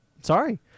Sorry